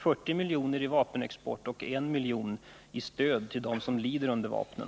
40 milj.kr. i vapenexport och 1 milj.kr. i stöd till dem som lider under vapnen?